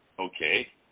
Okay